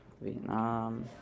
Vietnam